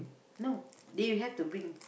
no they have to bring